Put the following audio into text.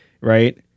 right